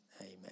amen